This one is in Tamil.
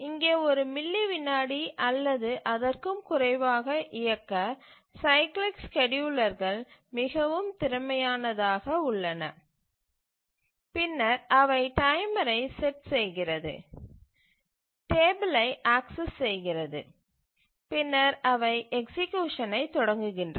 இங்கே ஒரு மில்லி விநாடி அல்லது அதற்கும் குறைவாக இயக்க சைக்கிளிக் ஸ்கேட்யூலர்கள் மிகவும் திறமையானதாக உள்ளன பின்னர் அவை டைமரை செட் செய்கிறது டேபிலை ஆக்சஸ் செய்கிறது பின்னர் அவை எக்சீக்யூசனை தொடங்குகின்றன